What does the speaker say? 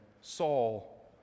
Saul